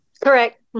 Correct